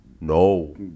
no